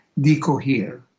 decohere